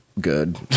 Good